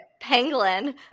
Pangolin